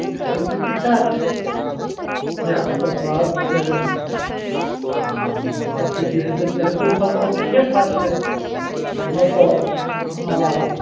स्थिति तऽ सएह छै इएह सब बात छै हँ बाँकी जे हेतय से हेतय सब तऽ ठीके ठाक छै अइमे तऽ हँ